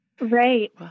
Right